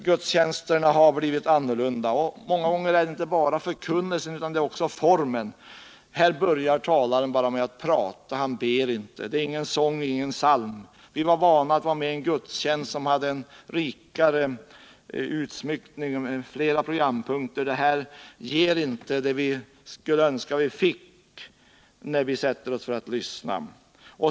Gudstjänsterna har blivit annorlunda, och det gäller många gånger inte bara förkunnelsen utan också formen. Numera börjar talaren med att bara prata. Han ber inte. Det är ingen sång och ingen psalm. Vi var vana vid en gudstjänst som hade en rikare utsmyckning och flera programpunkter. Det här ger inte det som vi skulle önska att vi fick när vi sätter oss för att lyssna.